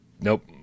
Nope